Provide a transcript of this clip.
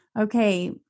Okay